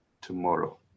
tomorrow